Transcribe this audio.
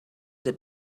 that